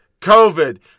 COVID